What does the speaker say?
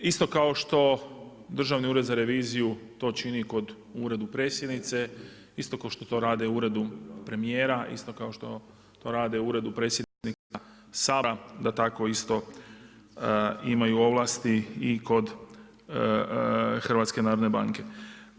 Isto kao što Državni ured za reviziju to čini u Uredu predsjednice, isto kao što to rade u Uredu premijera, isto kao što to rade u Uredu predsjednika Sabora, da tako isto imaju ovlasti i kod HNB-a.